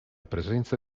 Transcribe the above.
presenza